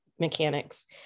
mechanics